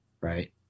Right